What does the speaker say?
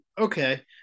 okay